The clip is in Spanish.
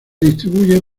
distribuye